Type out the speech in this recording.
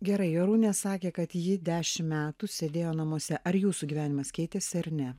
gerai jorūnė sakė kad ji dešim metų sėdėjo namuose ar jūsų gyvenimas keitėsi ar ne